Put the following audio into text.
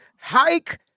hike